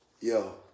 yo